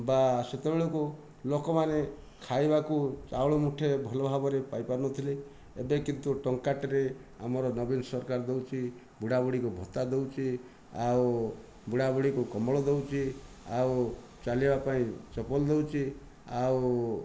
ବା ସେତେବଳକୁ ଲୋକମାନେ ଖାଇବା କୁ ଚାଉଳ ମୁଠେ ଭଲ ଭାବରେ ପାଇପାରୁନଥିଲେ ଏବେ କିନ୍ତୁ ଟଙ୍କାଟାରେ ଆମ ନବୀନ ସରକାର ଦେଉଛି ବୁଢ଼ା ବୁଢ଼ୀକୁ ଭତ୍ତା ଦେଉଛି ଆଉ ବୁଢ଼ା ବୁଢ଼ୀକୁ କମଳ ଦେଉଛି ଆଉ ଚାଲିବା ପାଇଁ ଚପଲ ଦେଉଛି ଆଉ